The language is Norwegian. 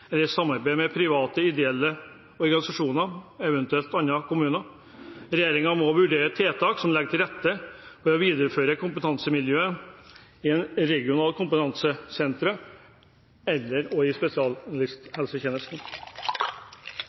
eller i samarbeid med andre kommuner. Regjeringen må vurdere tiltak som legger til rette for å videreføre kompetansemiljøene i regionale kompetansesentre og i